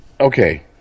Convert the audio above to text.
okay